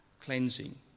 cleansing